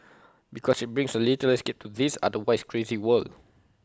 because IT brings A little escape to this otherwise crazy world